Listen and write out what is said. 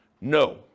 No